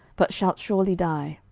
but shalt surely die.